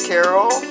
Carol